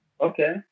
Okay